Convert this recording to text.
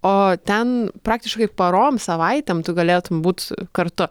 o ten praktiškai parom savaitėm tu galėtum būt kartu